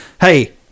hey